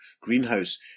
greenhouse